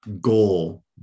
Goal